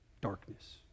darkness